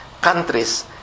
countries